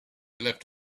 left